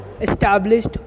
established